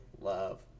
love